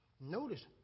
Notice